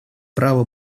право